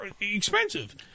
expensive